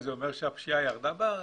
זה אומר שהפשיעה ירדה בארץ?